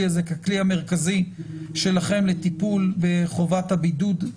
הזה ככלי המרכזי שלכם לטיפול בחובת הבידוד.